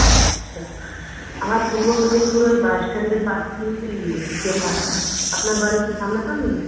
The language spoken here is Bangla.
আচ্ছা আমার পূর্ব মেদিনীপুরে ওই বাস স্ট্যান্ডের পাশে কিন্তু ইয়ে চেম্বারটা আপনার বাড়ি কি সামনা সামনি